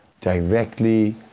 directly